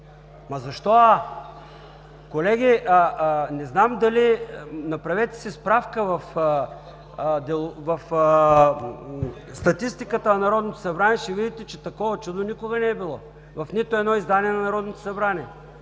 в ГЕРБ.) Колеги, направете си справка в статистиката на Народното събрание и ще видите, че такова чудо никога не е било, в нито едно издание на Народното събрание.